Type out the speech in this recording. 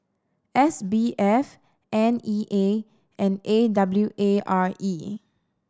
S B F N E A and A W A R E